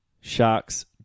Sharks